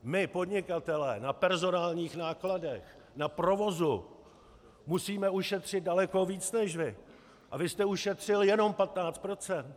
My podnikatelé na personálních nákladech, na provozu musíme ušetřit daleko víc než vy a vy jste ušetřil jenom 15 %!